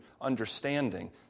understanding